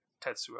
Tetsuo